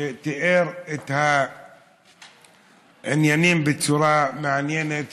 שתיאר את העניינים בצורה מעניינת,